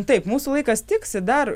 taip mūsų laikas tiksi dar